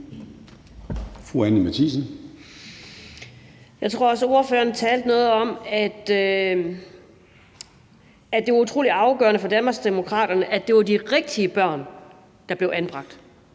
Jeg tror også, at ordføreren sagde noget om, at det var utrolig afgørende for Danmarksdemokraterne, at det var de rigtige børn, der blev anbragt.